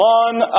one